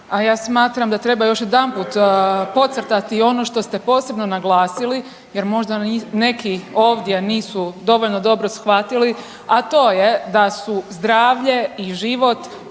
a ja smatram da treba još jedanput podcrtati ono što ste posebno naglasili jer možda neki ovdje nisu dovoljno dobro shvatili, a to je da su zdravlje i život